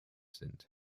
sind